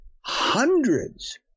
hundreds